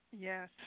Yes